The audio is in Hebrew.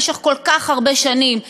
במשך כל כך הרבה שנים,